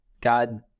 God